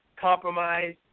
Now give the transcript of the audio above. compromise